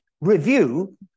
review